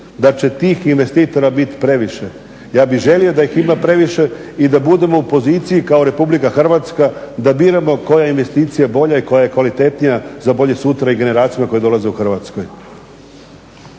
da će tih investitora biti previše, ja bih želio da ih ima previše i da budemo u poziciji kao RH da biramo koja investicija je bolja i koja je kvalitetnija za bolje sutra i za generacije koje nam dolaze u Hrvatskoj.